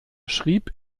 schrieb